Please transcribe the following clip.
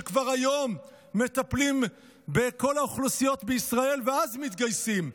שכבר היום מטפלים בכל האוכלוסיות בישראל ואז מתגייסים.